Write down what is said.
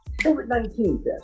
COVID-19